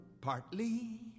partly